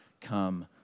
come